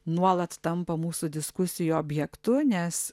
nuolat tampa mūsų diskusijų objektu nes